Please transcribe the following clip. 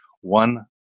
one